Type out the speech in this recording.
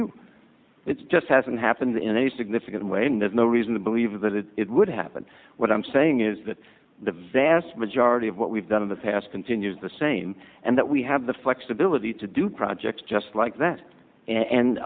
you it's just hasn't happened in any significant way and there's no reason to believe that it would happen what i'm saying is that the vast majority of what we've done in the past continues the same and that we have the flexibility to do projects just like that and